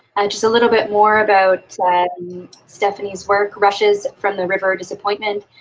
ah just a little bit more about stephanie's work. rushes from the river disappointment,